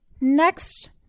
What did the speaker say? next